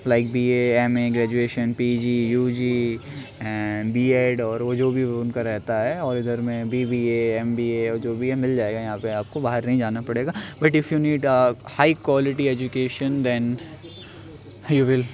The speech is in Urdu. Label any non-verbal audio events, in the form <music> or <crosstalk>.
like B A M A graduation P G U G and B Ed اور وہ جو بھی ان کا رہتا ہے اور ادھر میں B B A M B A اور جو بھی ہے مل جائے گا یہاں پہ آپ کو باہر نہیں جانا پڑے گا <unintelligible>